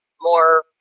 more